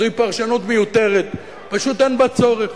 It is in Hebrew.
זאת פרשנות מיותרת, פשוט אין בה צורך.